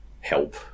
help